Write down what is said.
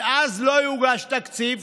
נדבר אז, לא יוגש תקציב,